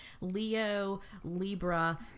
Leo-Libra